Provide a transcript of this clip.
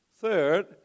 Third